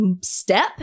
step